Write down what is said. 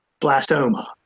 blastoma